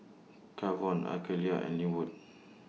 Kavon Akeelah and Lynwood